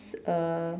uh